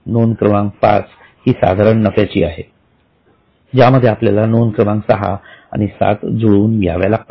नोंद क्रमांक पाच ही साधारण नफ्याची आहे ज्यामध्ये आपल्याला नोंद क्रमांक सहा आणि सात जुळवून घ्याव्या लागतात